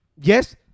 yes